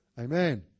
amen